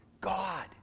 God